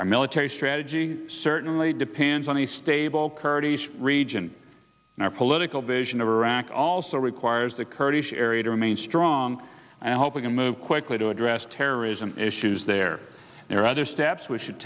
our military strategy certainly depends on the stable kurdish region our political vision of iraq also requires the kurdish area to remain strong and i hope we can move quickly to address terrorism issues there there are other steps we should